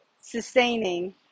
sustaining